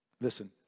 Listen